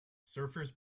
surfers